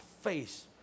face